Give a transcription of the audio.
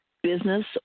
business